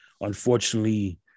unfortunately